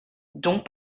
dont